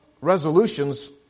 resolutions